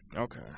Okay